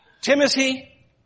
Timothy